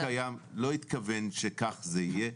הניסוח הקיים לא התכוון שכך זה יהיה,